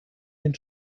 den